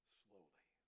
slowly